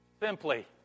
Simply